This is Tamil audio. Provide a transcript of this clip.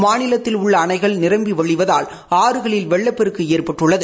மாநிலத்தில் உள்ள அணைகள் நிரம்பி வழிவதால் ஆறுகளில் வெள்ளப்பெருக்கு ஏற்பட்டுள்ளது